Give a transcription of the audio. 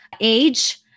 age